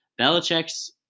Belichick's